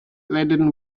laden